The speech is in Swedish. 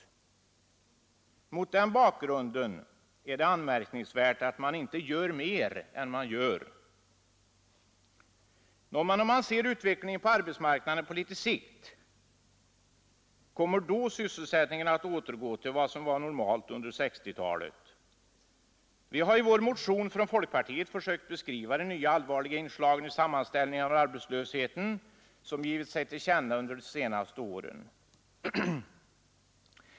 Mot den bakgrunden är det anmärkningsvärt att man inte gör mer än man gör. Nå, men om man ser utvecklingen på arbetsmarknaden på litet sikt, kommer då sysselsättningen att återgå till vad som var normalt under 1960-talet? Vi har i vår motion från folkpartiet försökt beskriva de nya allvarliga inslag i sammansättningen av arbetslösheten som givit sig till känna under de senaste åren.